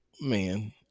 Man